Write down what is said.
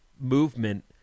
movement